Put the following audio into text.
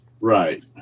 right